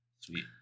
sweet